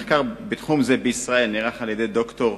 מחקר בתחום זה בישראל נערך על-ידי ד"ר